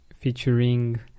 featuring